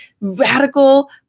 radical